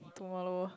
tomorrow